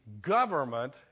government